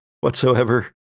whatsoever